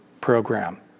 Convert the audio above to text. program